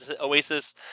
Oasis